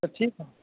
तऽ ठीक हय